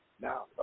Now